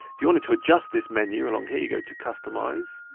if you wanted to adjust this menu along here, you go to customise.